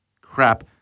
crap